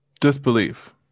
disbelief